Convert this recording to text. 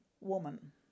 woman